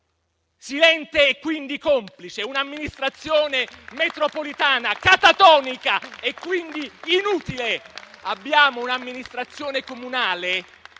silente e quindi complice, un'amministrazione metropolitana catatonica e quindi inutile, abbiamo un'amministrazione comunale